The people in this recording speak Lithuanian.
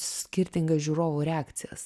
skirtingas žiūrovų reakcijas